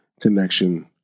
connection